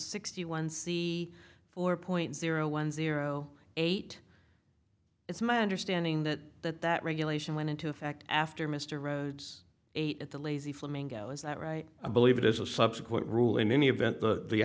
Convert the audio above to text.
sixty one c four point zero one zero eight it's my understanding that that that regulation went into effect after mr rhodes ate at the lazy flamingo is that right i believe it is a subsequent rule in any event the